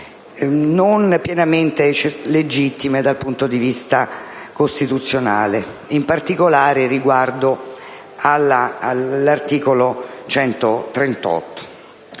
non pienamente legittime dal punto di vista costituzionale, in particolare riguardo all'articolo 138,